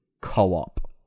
co-op